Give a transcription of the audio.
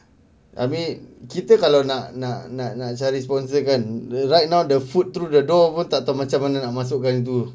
I mean kita kalau nak nak nak nak cari sponsor kan the right now the foot through the door pun tak tahu macam mana nak masukkan tu